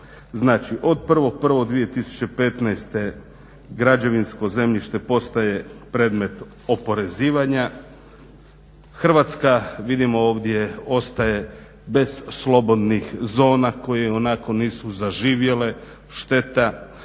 od 1.1.2015.građevisnko zemljište postaje predmet oporezivanja. Hrvatska vidimo ovdje ostaje bez slobodnih zona koje ionako nisu zaživjele, šteta.